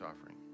offering